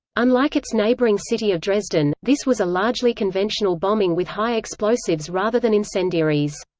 unlike its neighbouring city of dresden, this was a largely conventional bombing with high explosives rather than incendiaries.